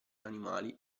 animali